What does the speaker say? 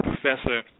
Professor